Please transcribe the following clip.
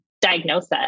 diagnosis